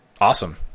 awesome